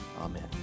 Amen